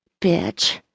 Bitch